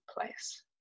place